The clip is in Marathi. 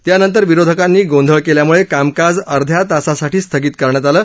त्यानंतर विरोधकांनी गोंधळ केल्यामुळे कामकाज अध्या तासासाठी स्थगित करण्यात आलं